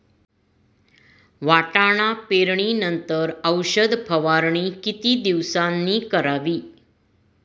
वाटाणा पेरणी नंतर औषध फवारणी किती दिवसांनी करावी?